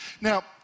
Now